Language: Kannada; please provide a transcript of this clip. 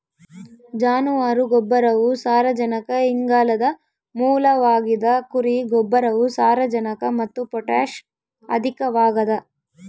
ಜಾನುವಾರು ಗೊಬ್ಬರವು ಸಾರಜನಕ ಇಂಗಾಲದ ಮೂಲವಾಗಿದ ಕುರಿ ಗೊಬ್ಬರವು ಸಾರಜನಕ ಮತ್ತು ಪೊಟ್ಯಾಷ್ ಅಧಿಕವಾಗದ